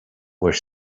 were